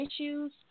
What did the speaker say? issues